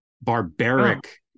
barbaric